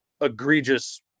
egregious